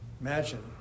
Imagine